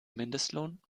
mindestlohn